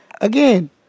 Again